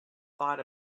thought